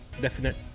definite